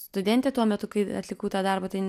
studentė tuo metu kai atlikau tą darbą tai